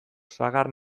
sagar